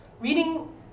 Reading